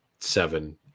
seven